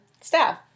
staff